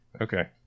Okay